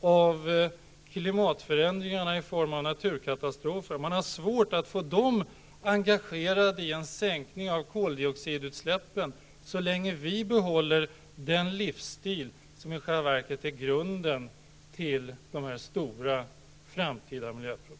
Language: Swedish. av klimatförändringar i form av naturkatastrofer, engagerade i en sänkning av koldioxidutsläppen så länge vi behåller den livsstil som i själva verket är grunden till dessa stora framtida miljöproblem.